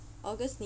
august